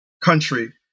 Country